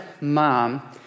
mom